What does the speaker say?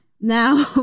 Now